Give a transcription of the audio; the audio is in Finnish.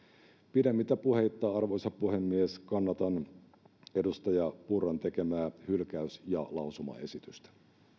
pidemmittä puheitta arvoisa puhemies kannatan edustaja purran tekemää hylkäys ja lausumaesitystä